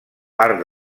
part